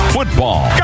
Football